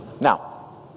Now